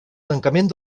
tancament